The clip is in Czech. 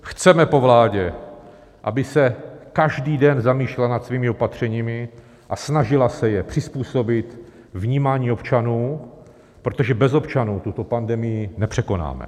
Chceme po vládě, aby se každý den zamýšlela nad svými opatřeními a snažila se je přizpůsobit vnímání občanů, protože bez občanů tuto pandemii nepřekonáme.